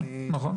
נכון,